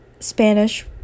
Spanish